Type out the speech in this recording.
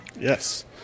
Yes